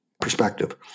perspective